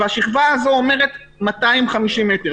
והשכבה הזו אומרת 250 מטר.